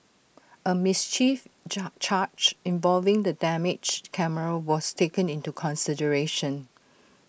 A mischief charge involving the damaged camera was taken into consideration